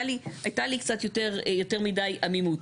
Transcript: הייתה לי קצת יותר מידי עמימות.